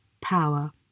power